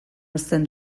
uzten